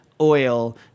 oil